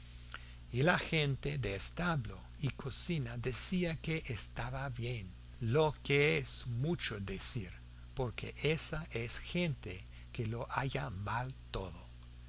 y la gente de establo y cocina decía que estaba bien lo que es mucho decir porque ésa es gente que lo halla mal todo